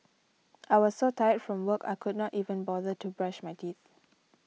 I was so tired from work I could not even bother to brush my teeth